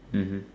mmhmm